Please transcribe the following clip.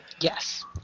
Yes